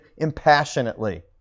impassionately